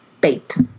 bait